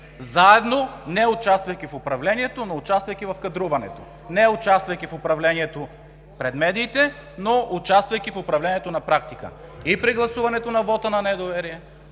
заедно, не участвайки в управлението, но участвайки в кадруването! Не участвайки в управлението пред медиите, но участвайки в управлението на практика – и при гласуването на вота на недоверие,